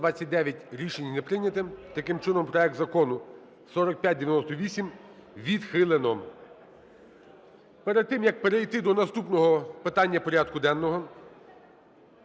Рішення не прийняте. Таким чином, проект Закону 4598 відхилено. Перед тим, як перейти до наступного питання порядку денного,